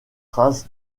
race